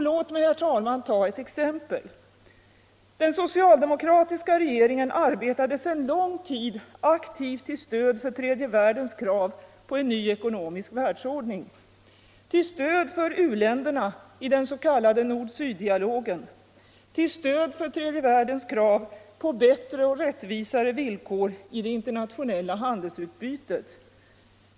| Låt mig ta ett exempel. Den socialdemokratiska regeringen arbetade sedan lång tid aktivt till stöd för tredje världens krav på en ny ekonomisk världsordning, till stöd för u-länderna i den s.k. nord-syddialogen, till stöd för tredje världens krav på bättre och rättvisare villkor i det internationella handelsutbytet.